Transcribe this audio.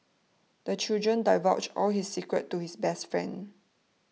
the children divulged all his secrets to his best friend